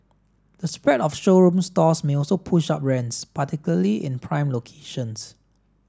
the spread of showroom stores may also push up rents particularly in prime locations